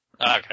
Okay